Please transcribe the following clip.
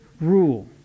rule